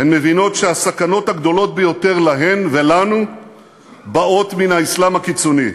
הן מבינות שהסכנות הגדולות ביותר להן ולנו באות מן האסלאם הקיצוני.